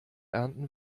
ernten